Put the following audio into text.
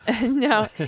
no